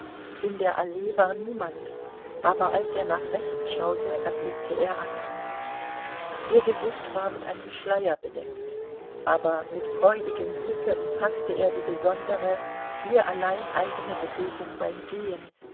in der allee war niemand aber als er nach rechts schaute erblickte er anna ihr gesicht war mit einem schleier bedeckt aber mit freudigem blicke umfaßte er die besondere ihr allein eigene bewegung beim gehen